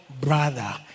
brother